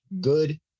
good